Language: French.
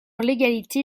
l’égalité